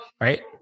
right